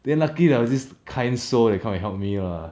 then luckily there was this kind soul that come and help me lah